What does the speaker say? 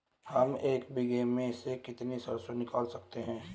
हम एक बीघे में से कितनी सरसों निकाल सकते हैं?